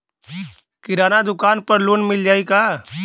किराना दुकान पर लोन मिल जाई का?